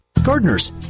gardeners